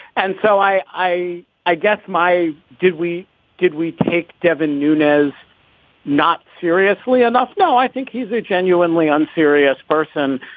and so i i i guess my. did we did we take devin nunez not seriously enough? no. i think he's a genuinely unserious person.